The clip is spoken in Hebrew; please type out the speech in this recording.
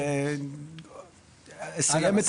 אגב,